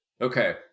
Okay